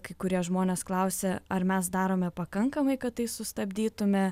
kai kurie žmonės klausia ar mes darome pakankamai kad tai sustabdytume